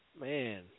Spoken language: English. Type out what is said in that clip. Man